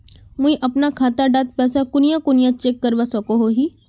मुई अपना खाता डात पैसा कुनियाँ कुनियाँ चेक करवा सकोहो ही?